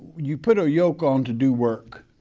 you put a yoke on to do work,